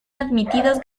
admitidos